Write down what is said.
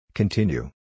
Continue